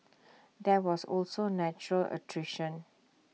there was also natural attrition